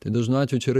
tai dažnu atveju čia yra